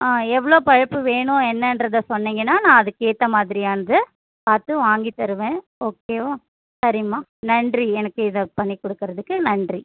ஆ எவ்வளோ பைப்பு வேணும் என்னென்றதை சொன்னீங்கன்னால் நான் அதுக்கேற்ற மாதிரியானது பார்த்து வாங்கித் தருவேன் ஓகேவா சரிம்மா நன்றி எனக்கு இதை பண்ணிக் கொடுக்கறதுக்கு நன்றி